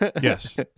Yes